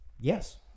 Yes